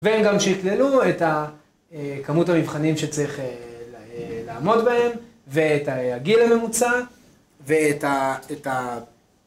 והם גם שכללו את כמות המבחנים שצריך לעמוד בהם ואת הגיל הממוצע ואת ה...